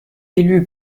élu